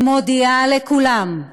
אני מודיעה לכולם,